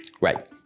Right